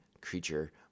creature